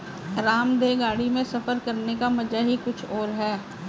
आरामदेह गाड़ी में सफर करने का मजा ही कुछ और है